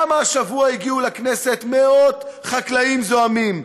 למה השבוע הגיעו לכנסת מאות חקלאים זועמים,